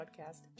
podcast